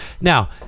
Now